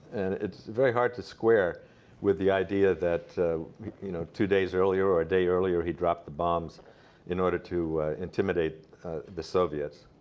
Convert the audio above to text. and it's very hard to square with the idea that you know two days earlier or a day earlier, he dropped the bombs in order to intimidate the soviets.